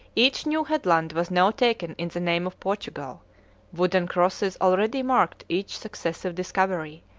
each new headland was now taken in the name of portugal wooden crosses already marked each successive discovery,